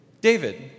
David